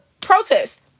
protest